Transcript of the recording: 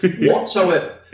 whatsoever